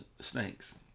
snakes